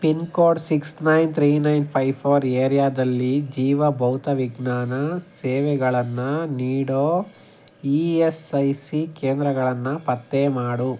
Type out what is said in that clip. pin code six nine three nine five four ಏರಿಯಾದಲ್ಲಿ ಜೀವ ಭೌತವಿಜ್ಞಾನ ಸೇವೆಗಳನ್ನು ನೀಡೋ ಇ ಎಸ್ ಐ ಸಿ ಕೇಂದ್ರಗಳನ್ನು ಪತ್ತೆ ಮಾಡು